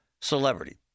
celebrity